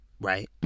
right